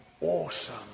awesome